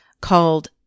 called